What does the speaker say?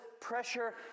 pressure